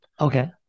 Okay